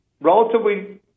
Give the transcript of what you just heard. relatively